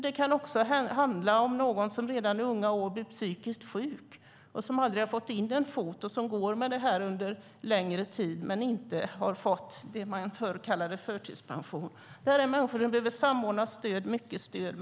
Det kan också handla om någon som redan i unga år har blivit psykiskt sjuk och som aldrig har fått in en fot och som går med detta under längre tid men inte har fått det som man förr kallade förtidspension. Detta är människor som behöver mycket och ett samordnat stöd.